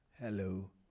Hello